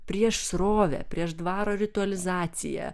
prieš srovę prieš dvaro ritualizaciją